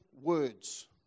words